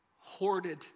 hoarded